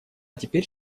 теперь